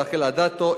רחל אדטו,